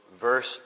verse